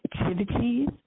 activities